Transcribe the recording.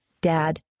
Dad